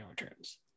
Returns